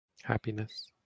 happiness